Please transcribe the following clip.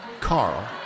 Carl